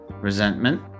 resentment